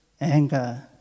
Anger